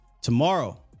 Tomorrow